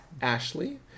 Ashley